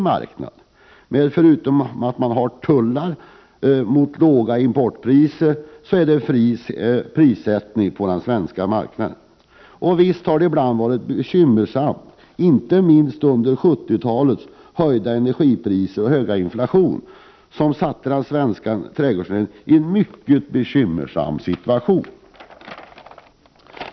Bortsett från att man har tullar mot låga importpriser är prissättningen på den svenska marknaden fri. Visst har det ibland varit bekymmersamt. Inte minst var det fallet under 1970-talet, då de höga energipriserna och den kraftiga inflationen försatte den svenska trädgårdsnäringen i en mycket bekymmersam situation.